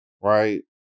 right